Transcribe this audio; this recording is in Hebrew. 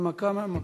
הנמקה מהמקום.